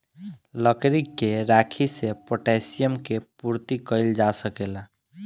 लकड़ी के राखी से पोटैशियम के पूर्ति कइल जा सकेला